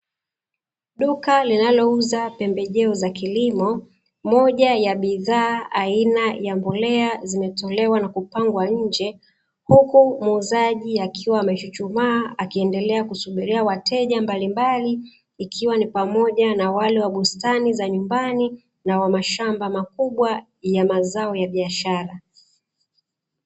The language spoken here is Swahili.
Duka linalouza pembejeo za kilimo, moja ya bidhaa aina ya mbolea zimetolewa na kupangwa nje, huku muuzaji akiwa amechuchumaa akiendelea kuwasubiria wateja mbalimbali ikiwa ni pamoja na wale wa bustani za nyumbani na wa mashamba makubwa ya mazao ya biashara.